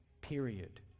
period